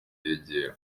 yegera